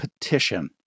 petition